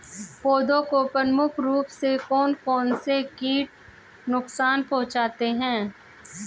पौधों को प्रमुख रूप से कौन कौन से कीट नुकसान पहुंचाते हैं?